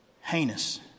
heinous